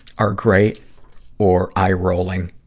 are great or eye-rolling.